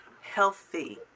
healthy